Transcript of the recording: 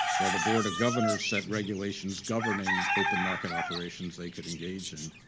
while the board of governors set regulations governing open market operations they could engage in.